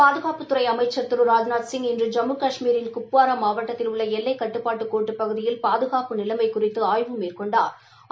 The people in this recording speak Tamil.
பாதுகாப்புத்துறை திரு ராஜ்நாத்சிங் இன்று ஜம்மு கஷ்மீரின் குப்பாவாரா மாவட்டத்தில் உள்ள எல்லைக் கட்டுப்பாட்டுக்கோட்டுப் பகுதியில் பாதுகாப்பு நிலைமை குறித்து ஆய்வு மேற்கொண்டாா்